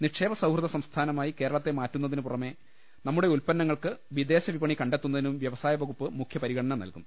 നിക്ഷേപ സൌഹൃദ സംസ്ഥാനമായി കേരളത്തെ മാറ്റുന്ന തിന് പുറമെ നമ്മുടെ ഉൽപ്പന്നങ്ങൾക്ക് വിദേശ വിപണി കണ്ടെ ത്തുന്നതിനും വ്യവസായ വകുപ്പ് മുഖ്യപരിഗണ്ന നൽകും